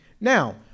now